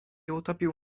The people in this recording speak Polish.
utopił